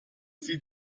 sie